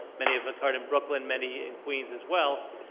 many have occurred in brooklyn, many in queens as well.